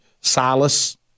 Silas